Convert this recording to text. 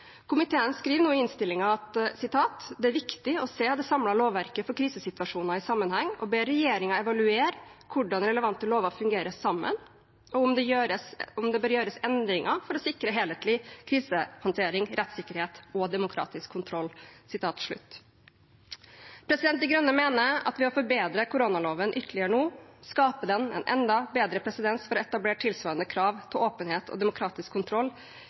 Komiteen skriver i innstillingen at «det er viktig å se det samlede lovverket for krisesituasjoner i sammenheng, og ber regjeringen evaluere hvordan relevante lover fungerer sammen, og om det bør gjøres endringer for å sikre helhetlig krisehåndtering, rettssikkerhet og demokratisk kontroll.» De Grønne mener at ved å forbedre koronaloven ytterligere nå skaper den en enda bedre presedens for å etablere tilsvarende krav til åpenhet og demokratisk kontroll